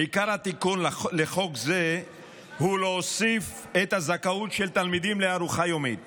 עיקר התיקון לחוק זה הוא להוסיף את הזכאות של תלמידים לארוחה יומית